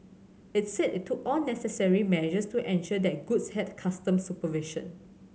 it said it took all necessary measures to ensure that goods had customs supervision